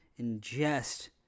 ingest